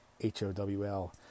H-O-W-L